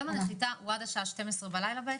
יום הנחיתה הוא עד השעה 24:00 בלילה?